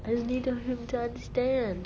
I just needed him to understand